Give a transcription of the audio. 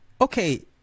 Okay